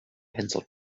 pencil